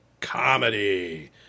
comedy